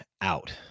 out